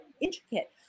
intricate